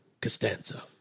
Costanza